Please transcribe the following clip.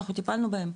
אנחנו טיפלנו בהם.